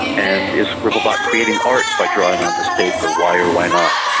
and is scribble bot creating art by drawing on this paper? why or why not?